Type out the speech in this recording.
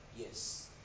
Yes